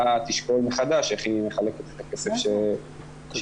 תשקול מחדש איך היא מחלקת כסף שנותר.